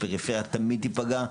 הפריפריה תמיד תיפגע.